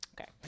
Okay